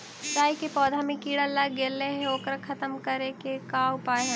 राई के पौधा में किड़ा लग गेले हे ओकर खत्म करे के का उपाय है?